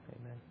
amen